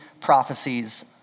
prophecies